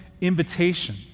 invitation